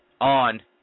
on